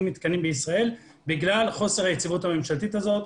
מתקנים בישראל בגלל חוסר היציבות הממשלתית הזאת.